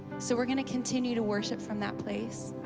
so we're gonna continue to worship from that place.